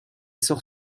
sort